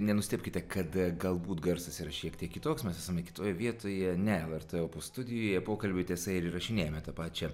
nenustebkite kad galbūt garsas yra šiek tiek kitoks mes esame kitoje vietoje ne lrt opus studijoje pokalbį tiesa ir įrašinėjame tą pačią